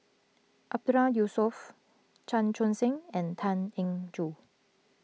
Mahmood Yusof Chan Chun Sing and Tan Eng Joo